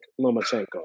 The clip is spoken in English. Lomachenko